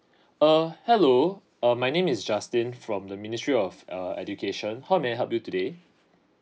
uh hello uh my name is justin from the ministry of err education how may I help you today